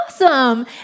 awesome